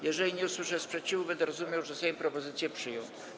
Jeżeli nie usłyszę sprzeciwu, będę rozumiał, że Sejm propozycję przyjął.